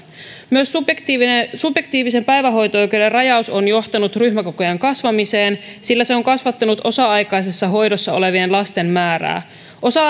myös subjektiivisen päivähoito oikeuden rajaus on johtanut ryhmäkokojen kasvamiseen sillä se on kasvattanut osa aikaisessa hoidossa olevien lasten määrää osa